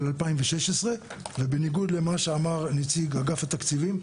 2016. ובניגוד למה שאמר נציג אגף התקציבים,